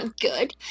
good